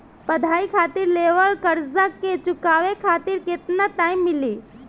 पढ़ाई खातिर लेवल कर्जा के चुकावे खातिर केतना टाइम मिली?